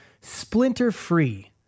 splinter-free